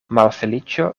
malfeliĉo